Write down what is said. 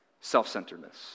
self-centeredness